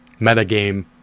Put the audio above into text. metagame